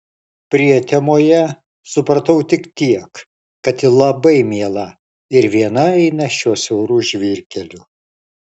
prietemoje supratau tik tiek kad ji labai miela ir viena eina šiuo siauru žvyrkeliu